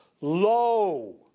low